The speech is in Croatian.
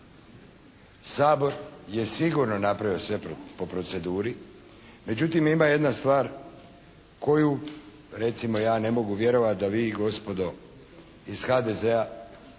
Sabor je sigurno napravio sve po proceduri, međutim ima jedna stvar koju recimo ja ne mogu vjerovati da vi gospodo iz HDZ-a